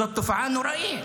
זאת תופעה נוראית.